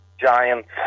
Giants